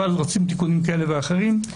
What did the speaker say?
אבל רוצים תיקונים כאלה ואחרים.